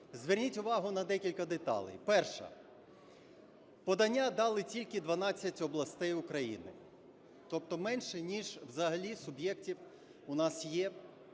зверніть увагу на декілька деталей. Перша. Подання дали тільки 12 областей України, тобто менше ніж взагалі суб'єктів у нас є